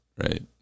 Right